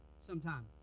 sometime